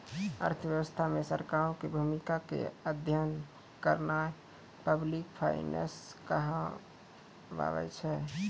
अर्थव्यवस्था मे सरकारो के भूमिका के अध्ययन करनाय पब्लिक फाइनेंस कहाबै छै